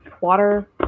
water